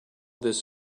this